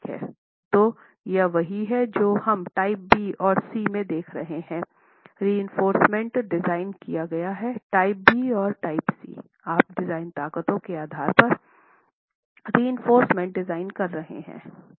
तो यह वही है जो हम टाइप बी और सी में देख रहे हैं रएंफोर्रसमेंट डिज़ाइन किया गया है टाइप बी और टाइप सी आप डिजाइन ताकतों के आधार पर रएंफोर्रसमेंट डिजाइन कर रहे हैं